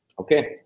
Okay